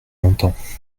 longtemps